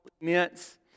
immense